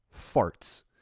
farts